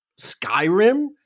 Skyrim